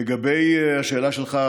לגבי השאלה שלך,